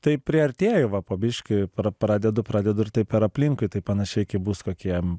tai priartėju va po biškį pradedu pradedu ir taip per aplinkui tai panašiai kai bus kokie